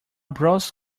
blouse